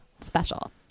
Special